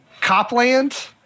Copland